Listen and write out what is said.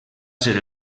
ser